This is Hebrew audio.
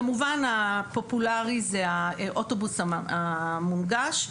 כמובן הפופולרי זה האוטובוס המונגש,